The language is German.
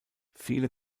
viele